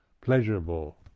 pleasurable